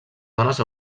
dones